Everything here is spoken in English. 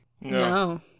No